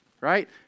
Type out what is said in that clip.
right